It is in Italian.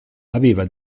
aveva